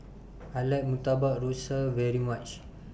I like Murtabak Rusa very much